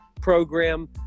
program